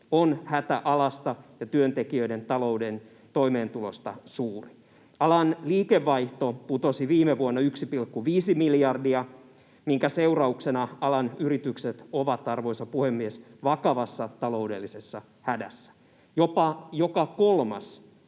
on hätä alasta ja työntekijöiden taloudellisesta toimeentulosta suuri. Alan liikevaihto putosi viime vuonna 1,5 miljardia, minkä seurauksena alan yritykset ovat, arvoisa puhemies, vakavassa taloudellisessa hädässä. Jopa joka kolmas